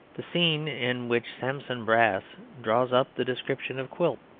the scene in which sampson brass draws up the description of quilp,